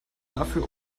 dafür